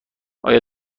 آیا